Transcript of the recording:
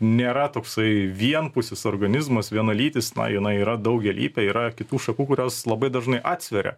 nėra toksai vienpusis organizmas vienalytis na jinai yra daugialypė yra kitų šakų kurios labai dažnai atsveria